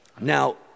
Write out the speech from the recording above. Now